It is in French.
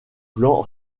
plan